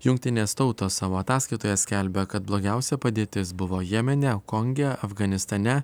jungtinės tautos savo ataskaitoje skelbia kad blogiausia padėtis buvo jemene konge afganistane